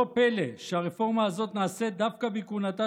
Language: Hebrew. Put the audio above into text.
לא פלא שהרפורמה הזאת נעשית דווקא בכהונתה